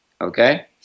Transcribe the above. Okay